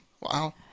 Wow